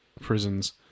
prisons